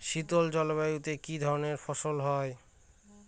শীতল জলবায়ুতে কি ধরনের ফসল হয়?